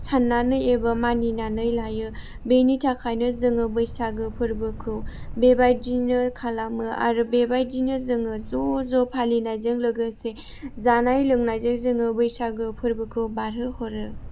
साननानै एबा मानिनानै लायो बेनि थाखायनो जोङो बैसागो फोरबोखौ बेबायदिनो खालामो आरो बेबायदिनो जोङो ज' ज' फालिनायजों लोगोसे जानाय लोंनायजों जोङो बैसागो फोरबोखौ बारहोहरो